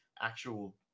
actual